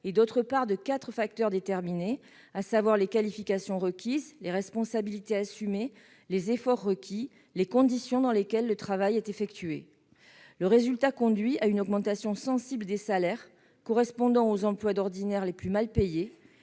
d'autre part, de quatre facteurs déterminés, qui sont les qualifications requises, les responsabilités assumées, les efforts exigés et les conditions dans lesquelles le travail est réalisé. Le résultat conduit à une augmentation sensible des salaires correspondant aux emplois d'ordinaire les plus mal payés,